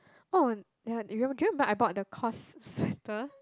oh the you remember do you remember I bought the COS sweater